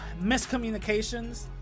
miscommunications